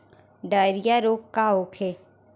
Diarrhoea रोग का होखे?